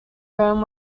firm